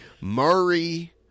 Murray